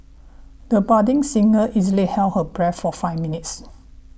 the budding singer easily held her breath for five minutes